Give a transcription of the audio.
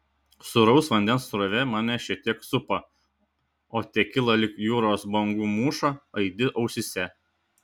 sūraus vandens srovė mane šiek tiek supa o tekila lyg jūros bangų mūša aidi ausyse